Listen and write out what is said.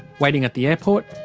waiting at the airport,